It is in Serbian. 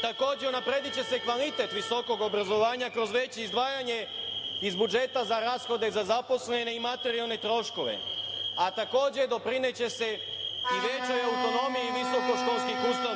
Takođe, unaprediće se kvalitet visokog obrazovanja kroz veće izdvajanje iz budžeta za rashode za zaposlene i materijalne troškove, a takođe doprineće se i većoj autonomiji visokoškolskih ustanova. Šta